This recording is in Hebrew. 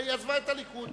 היא עזבה את הליכוד.